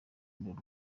imbere